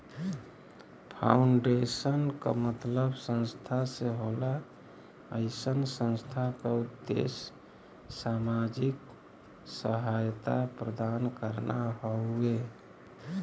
foundation क मतलब संस्था से होला अइसन संस्था क उद्देश्य सामाजिक सहायता प्रदान करना हउवे